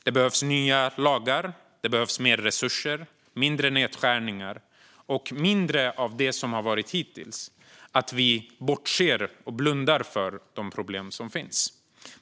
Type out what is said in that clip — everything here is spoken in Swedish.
Det behövs nya lagar, mer resurser, mindre nedskärningar och mindre av det som har varit hittills, att vi bortser och blundar för de problem som finns.